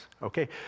Okay